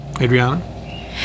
Adriana